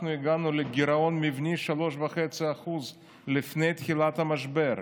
אנחנו הגענו לגירעון מבני של 3.5% לפני תחילת המשבר,